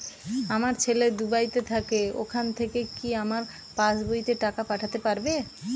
আমার ছেলে দুবাইতে থাকে ওখান থেকে কি আমার পাসবইতে টাকা পাঠাতে পারবে?